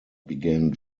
began